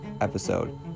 episode